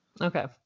Okay